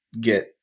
get